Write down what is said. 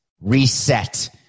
reset